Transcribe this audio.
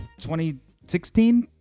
2016